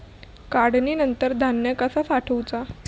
काढणीनंतर धान्य कसा साठवुचा?